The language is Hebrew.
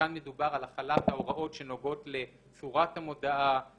כאן מדובר על החלת ההוראות שנוגעות לאזהרה ולמאפיינים